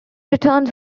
returns